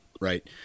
Right